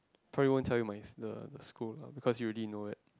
probably won't tell you my s~ the the school and all because you already know that